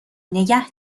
نگه